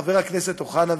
חבר הכנסת אוחנה,